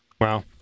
Wow